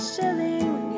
shilling